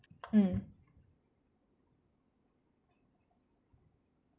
mm